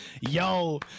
yo